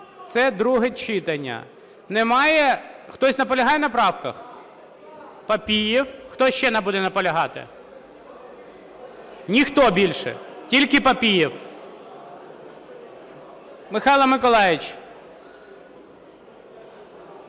(це друге читання). Хтось наполягає на правках? Папієв. Хто ще буде наполягати? Ніхто більше, тільки Папієв. Михайло Миколайович,